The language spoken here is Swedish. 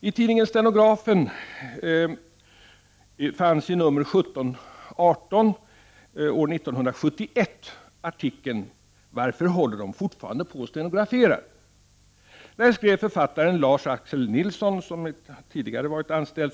I tidningen Stenografen fanns i nr 17-18 år 1971 artikeln ”Virför håller dom fortfarande på och stenograferar?” Där skrev författaren Lars Axel Nilsson — tidigare anstäl!